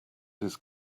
his